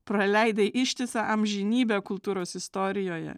praleidai ištisą amžinybę kultūros istorijoje